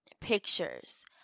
pictures